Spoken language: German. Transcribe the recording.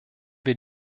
wir